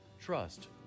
Trust